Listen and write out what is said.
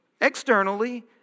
externally